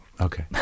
Okay